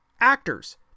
Actors